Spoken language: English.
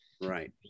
Right